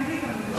אחרת אפשר?